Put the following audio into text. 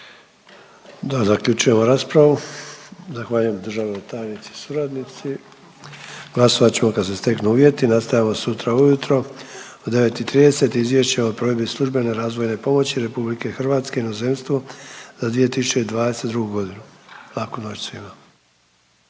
Dobro, zaključujemo raspravu. Zahvaljujem državnoj tajnici i suradnici. Glasovat ćemo kad se steknu uvjeti. Nastavljamo sutra ujutro u 9 i 30, Izvješće o provedbi službene razvojne pomoći RH inozemstvu za 2022.g.. Laku noć svima.